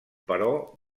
però